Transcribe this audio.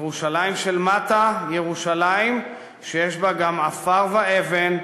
ירושלים של מטה, ירושלים שיש בה גם עפר ואבן,